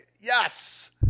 Yes